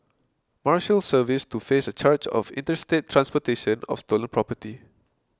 Marshals Service to face a charge of interstate transportation of stolen property